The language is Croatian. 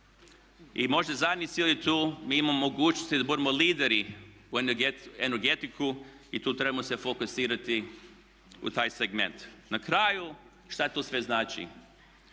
I možda zadnji cilj je tu mi imamo mogućnosti da budemo lideri u energetiku i tu tremo se fokusirati u taj segment. Na kraju šta to sve znači?